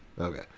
Okay